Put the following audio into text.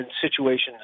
situations